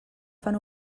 fan